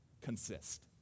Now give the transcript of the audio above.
consist